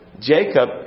Jacob